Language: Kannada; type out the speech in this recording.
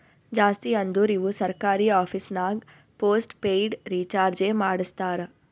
ಜಾಸ್ತಿ ಅಂದುರ್ ಇವು ಸರ್ಕಾರಿ ಆಫೀಸ್ನಾಗ್ ಪೋಸ್ಟ್ ಪೇಯ್ಡ್ ರೀಚಾರ್ಜೆ ಮಾಡಸ್ತಾರ